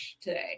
today